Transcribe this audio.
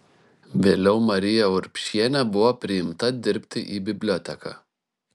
vėliau marija urbšienė buvo priimta dirbti į biblioteką